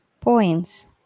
points